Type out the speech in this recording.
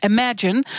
Imagine